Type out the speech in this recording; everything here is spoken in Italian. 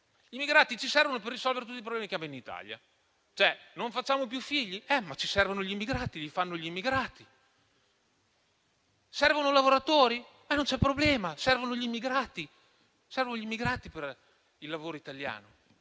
gli immigrati ci servono per risolvere tutti i problemi che abbiamo in Italia. Non facciamo più figli? Ci servono gli immigrati, li fanno loro. Servono lavoratori? Non c'è problema, servono gli immigrati per il lavoro italiano.